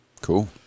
Cool